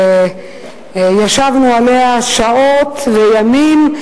ישבנו עליה שעות וימים,